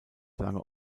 lange